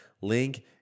Link